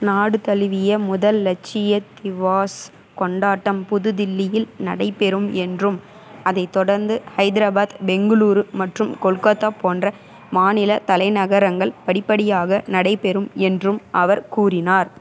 நாடு தழுவிய முதல் லட்சிய திவாஸ் கொண்டாட்டம் புதுதில்லியில் நடைபெறும் என்றும் அதைத் தொடர்ந்து ஹைதராபாத் பெங்களூரு மற்றும் கொல்காத்தா போன்ற மாநில தலைநகரங்கள் படிப்படியாக நடைபெறும் என்றும் அவர் கூறினார்